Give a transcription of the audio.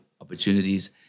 opportunities